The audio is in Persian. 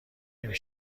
نمی